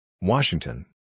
Washington